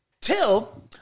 Till